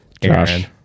Josh